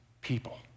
people